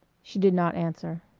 she did not answer.